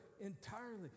Entirely